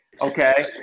Okay